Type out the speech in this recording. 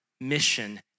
mission